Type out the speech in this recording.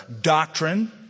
doctrine